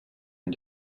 and